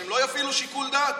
שהם לא יפעילו שיקול דעת?